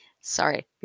Sorry